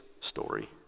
story